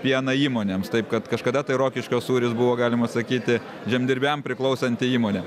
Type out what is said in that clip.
pieną įmonėms taip kad kažkada tai rokiškio sūris buvo galima sakyti žemdirbiam priklausanti įmonė